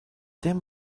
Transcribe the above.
them